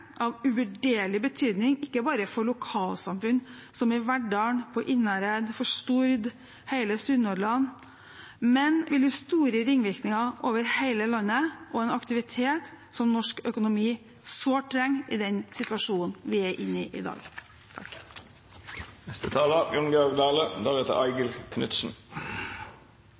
av uvurderlig betydning, ikke bare for lokalsamfunn som i Verdal, på Innherred, på Stord og i hele Sunnhordland, men vil gi store ringvirkninger over hele landet og en aktivitet som norsk økonomi sårt trenger i den situasjonen vi er inne i i dag.